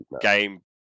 game